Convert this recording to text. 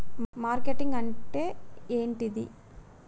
Marketing అంటే ఏంటిది?